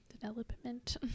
development